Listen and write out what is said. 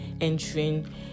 entering